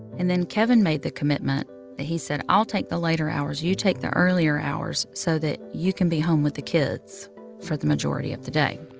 and then kevin made the commitment that he said, i'll take the later hours. you take the earlier hours so that you can be home with the kids for the majority of the day.